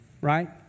Right